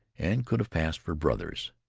and could have passed for brothers.